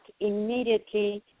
immediately